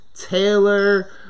Taylor